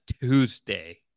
Tuesday